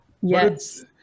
Yes